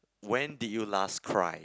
when did you last cry